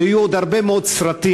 שיהיו עוד הרבה מאוד סרטים,